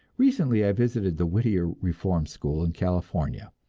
recently i visited the whittier reform school in california,